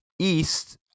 East